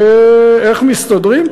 איך מסתדרים?